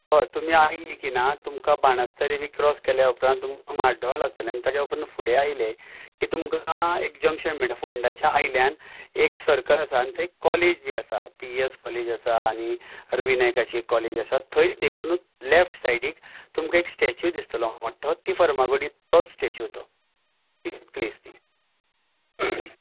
हय तुमी आयलीं की ना तुमकां बाणस्तारी बीन क्रोस केले उपरांत तुमकां माड्डोळा लागतलें आनी ताचे उपरांत फुडें आयले की तुमकां एक जंक्शन मेळटा फोंडाच्या आयल्यान एक सर्कल आसा आनी थंय कॉलेज बी आसा पी ई एस कॉलेज आसा आनी रवी नायकाची कॉलेज आसा थंय तेकूनच लेफ्ट सायडीक तुमकां एक स्टेचू दिसतलो मट्टो ती फार्मागुडी तोच स्टेचू तो तीच प्लेस ती